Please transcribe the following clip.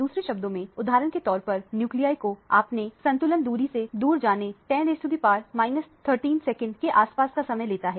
दूसरे शब्दों में उदाहरण के तौर पर न्यूक्लि को अपने संतुलन दूरी से दूर जाने 10 सेकंड के आसपास का समय लेता है